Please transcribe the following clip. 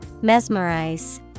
Mesmerize